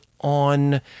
on